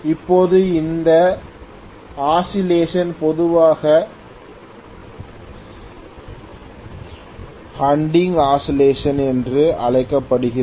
இப்போது இந்த ஆசிலேசன் பொதுவாக ஹண்டிங் ஆசிலேசன் என்று அழைக்கப்படுகிறது